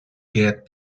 get